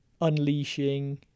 unleashing